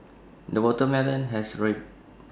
the watermelon has ripe